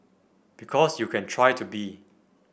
because you can try to be